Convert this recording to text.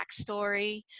backstory